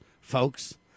folks